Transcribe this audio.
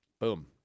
Boom